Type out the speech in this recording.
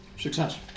Success